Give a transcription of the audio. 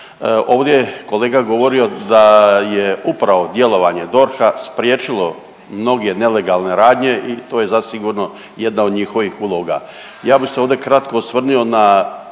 Ovdje je kolega govorio da je upravo djelovanje DORH-a spriječilo mnoge nelegalne radnje i to je zasigurno jedna od njihovih uloga. Ja bih se ovdje kratko osvrnio na